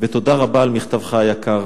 ותודה רבה על מכתבך היקר.